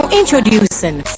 introducing